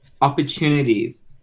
opportunities